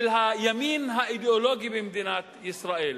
של הימין האידיאולוגי במדינת ישראל,